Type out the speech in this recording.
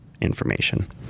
information